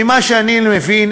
ממה שאני מבין,